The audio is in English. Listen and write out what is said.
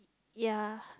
ya